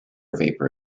vapour